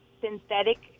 synthetic